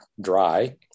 dry